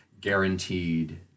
guaranteed